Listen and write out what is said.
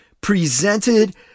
presented